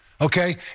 okay